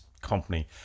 company